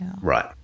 right